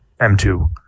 M2